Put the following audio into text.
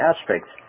aspects